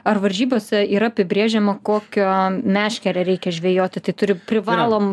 ar varžybose yra apibrėžiama kokia meškere reikia žvejoti tai turi privalom